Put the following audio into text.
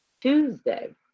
Tuesday